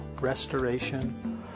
restoration